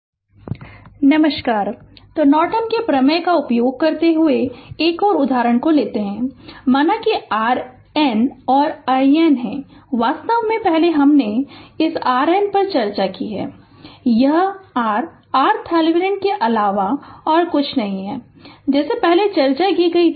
Fundamentals of Electrical Engineering Prof Debapriya Das Department of Electrical Engineering Indian Institute of Technology Kharagpur Lecture - 24 Circuit Theorems Contd Refer Slide Time 0024 तो Norton के प्रमेय का उपयोग करते हुए एक और उदाहरण लेते है माना कि RN और IN हैं वास्तव में हमने पहले इस RN पर चर्चा की है वास्तव में यह r RThevenin के अलावा और कुछ नहीं है जैसी पहले चर्चा की गई है